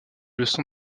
leçons